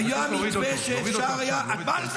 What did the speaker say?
היה מתווה שאפשר היה --- להוריד אותו,